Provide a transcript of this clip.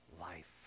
life